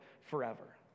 forever